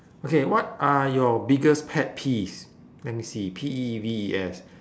okay what are your biggest pet peeves let me see P E E V E S